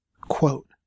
Quote